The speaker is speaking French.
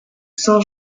saint